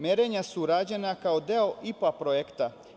Merenja su rađena kao deo IPA projekta.